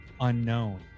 Unknown